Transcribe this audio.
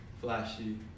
flashy